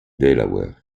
delaware